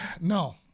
No